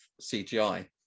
CGI